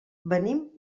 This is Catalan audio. venim